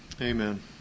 Amen